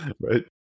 right